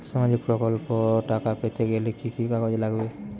সামাজিক প্রকল্পর টাকা পেতে গেলে কি কি কাগজ লাগবে?